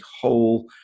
whole